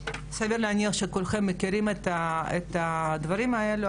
סביר להניח שכולכם מכירים את הדברים האלה,